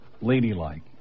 ladylike